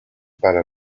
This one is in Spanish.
para